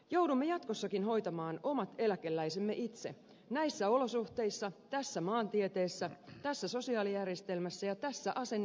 joudumme jatkossakin hoitamaan omat eläkeläisemme itse näissä olosuhteissa tässä maantieteessä tässä sosiaalijärjestelmässä ja tässä asenneilmapiirissä